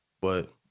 But-